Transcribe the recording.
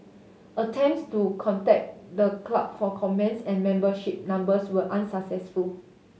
attempts to contact the club for comments and membership numbers were unsuccessful